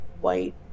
white